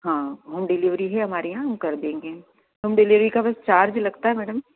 हाँ home delivery है हमारे यहाँ हम कर देंगे होम डिलीवरी का बस चार्ज लगता है मैडम